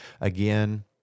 again